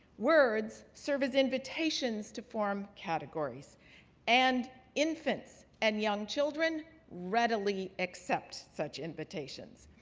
words serve as invitations to form categories and infants and young children readily accept such invitations.